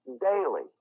daily